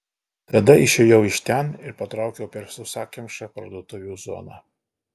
tada išėjau iš ten ir patraukiau per sausakimšą parduotuvių zoną